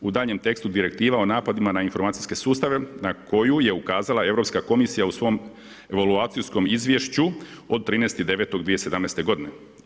U daljnjem tekstu direktiva o napadima na informacijske sustave na koju je ukazala Europska komisija u svom evaluacijskom izvješću od 13.9.2017. godine.